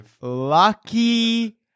lucky